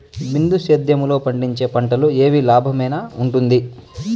బిందు సేద్యము లో పండించే పంటలు ఏవి లాభమేనా వుంటుంది?